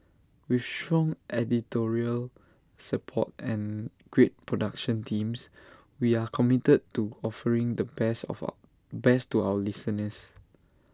with strong editorial support and great production teams we are committed to offering the best of our best to our listeners